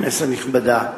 כנסת נכבדה,